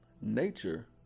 nature